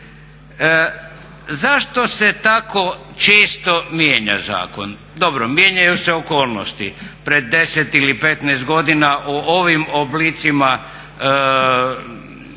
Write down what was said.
Zašto se tako često mijenja zakon? dobro, mijenjaju se okolnosti. Pred 10 ili 15 godina o ovim oblicima